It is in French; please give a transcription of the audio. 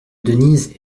denise